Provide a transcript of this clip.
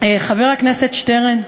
חבר הכנסת שטרן,